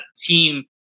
team